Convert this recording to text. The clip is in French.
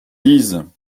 lisent